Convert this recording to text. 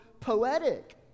poetic